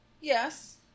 Yes